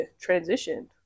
transitioned